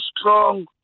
strong